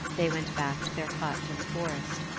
they went back to their hut in the forest.